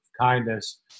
kindness